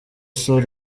sol